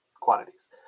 Quantities